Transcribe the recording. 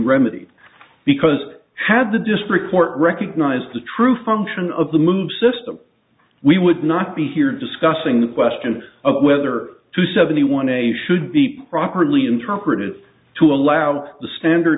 remedied because had the district court recognized the true function of the moves system we would not be here discussing the question of whether to seventy one a should be properly interpreted to allow the standard